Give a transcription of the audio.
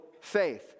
faith